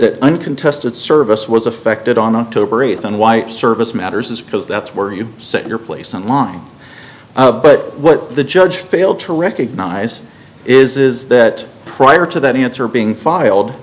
that uncontested service was affected on october eighth and why service matters because that's where you set your place in line but what the judge failed to recognize is is that prior to that answer being filed